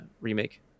remake